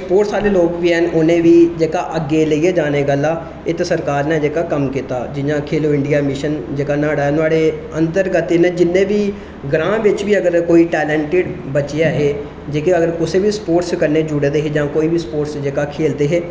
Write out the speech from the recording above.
sports आहले लोग बी हैन उ'नें गी जेहका अग्गै लेइयै जाने दी गल्ला इक सरकार ने जेह्का कम्म कीता जि'यां खेलो इड़िया मिशन जेह्का न्हाड़े अंतर्गत इनें जिन्ने बी ग्रां बिच्च बी अगर कोई टेलेंटड बच्चे ऐ हे जेह्के अगर कुसै बी स्पोर्ट्स कन्नै जूड़े दे हे जां कोई बी स्पोर्ट्स जेह्का खेलदे हे